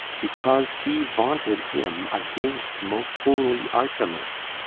because he vaunted him against most holy artemis?